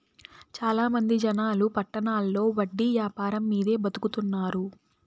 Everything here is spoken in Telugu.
చాలా మంది జనాలు పట్టణాల్లో వడ్డీ యాపారం మీదే బతుకుతున్నారు